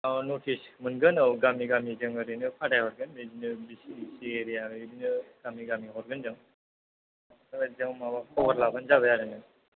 औ नटिस मोनगोन औ गामि गामि जों ओरैनो फाथाय हरगोन बिदिनो V C D C area बिदिनो गामि गामि हरगोन जों खबर लाबानो जाबाय आरो नों